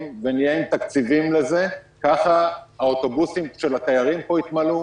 ונהיה עם תקציבים לזה כך האוטובוסים של התיירים פה יתמלאו,